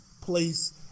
place